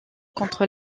contre